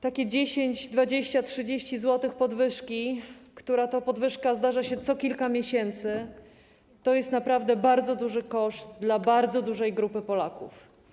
Takie 10 zł, 20 zł, 30 zł podwyżki, która to podwyżka zdarza się co kilka miesięcy, to jest naprawdę bardzo duży koszt dla bardzo dużej grupy Polaków.